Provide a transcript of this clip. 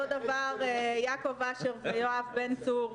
אותו דבר יעקב אשר ויואב בן-צור.